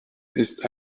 ist